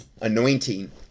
anointing